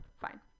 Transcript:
fine